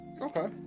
Okay